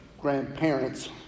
grandparents